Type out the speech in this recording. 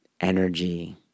energy